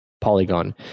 Polygon